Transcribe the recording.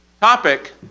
topic